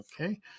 Okay